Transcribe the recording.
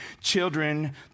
children